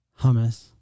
hummus